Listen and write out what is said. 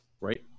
Right